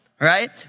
Right